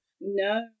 no